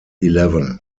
eleven